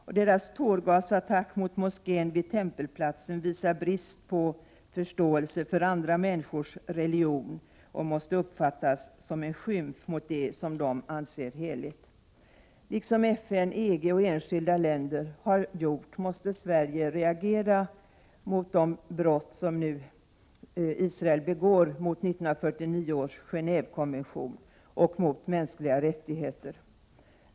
Israelernas tårgasattack mot moskén vid Tempelplatsen visar brist på förståelse för andra människors religion och måste uppfattas som en skymf mot det som dessa anser heligt. Liksom FN, EG och enskilda länder har gjort måste Sverige reagera mot de brott som Israel nu begår mot 1949 års Genåvekonvention och mot mänskliga rättigheter.